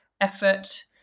effort